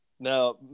Now